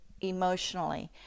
emotionally